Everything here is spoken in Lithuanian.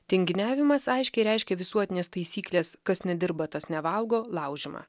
tinginiavimas aiškiai reiškia visuotinės taisyklės kas nedirba tas nevalgo laužymą